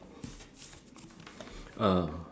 uh